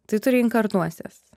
tai tu reikarnuosies